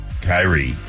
Kyrie